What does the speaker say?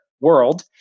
world